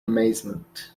amazement